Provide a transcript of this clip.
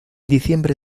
diciembre